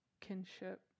kinship